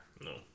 no